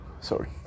sorry